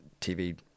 tv